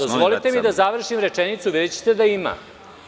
Dozvolite mi da završim rečenicu, videćete da ima.